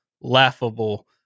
laughable